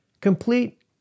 Complete